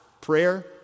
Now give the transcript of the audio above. Prayer